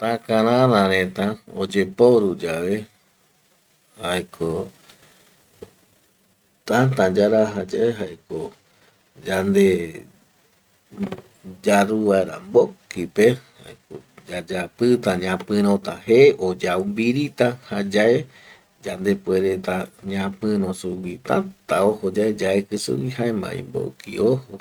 Takarara reta oyeporu yave jaeko täta yarajayae jaeko yande yaru vaera mbokipe jaeko yayapita ñapirota je o yaumbirita jayae yande puere ñapiro sugui täta ojo yae yaeki sugui jaemavi mboki ojo